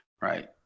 Right